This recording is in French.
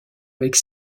avec